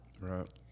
Right